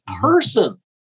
person